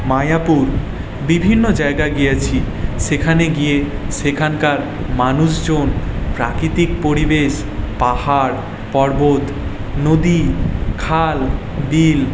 মায়াপুর বিভিন্ন জায়গায় গিয়েছি সেখানে গিয়ে সেখানকার মানুষজন প্রাকৃতিক পরিবেশ পাহাড় পর্বত নদী খাল বিল